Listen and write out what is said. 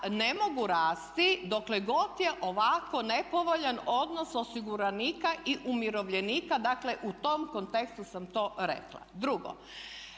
ne mogu rasti dokle god je ovako nepovoljan odnos osiguranika i umirovljenika, dakle u tom kontekstu sam to rekla. Drugo,